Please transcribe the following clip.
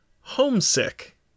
homesick